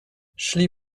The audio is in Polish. szli